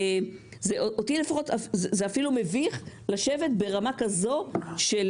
אותי לפחות זה אפילו מביך לשבת ברמה כזו של